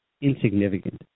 insignificant